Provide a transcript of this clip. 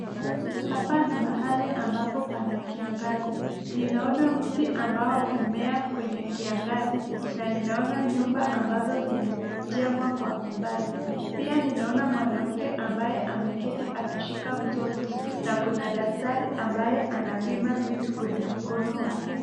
Hapa ni mahali ambapo pana kiangazi, ninaona mti ambao humea kwenye kiangazi na ninaona nyumba ambazo zimejengwa kwa umbali. Pia ninaona mwanamke ambaye ameketi akishika mtoto na kuna daktari ambaye anapima vitu kwenye mkono wake.